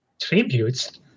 tributes